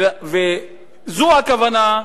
זו הכוונה,